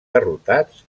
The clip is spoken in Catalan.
derrotats